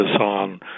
on